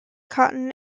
cotton